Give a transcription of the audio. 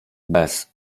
bez